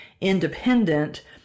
independent